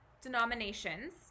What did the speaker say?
denominations